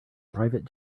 private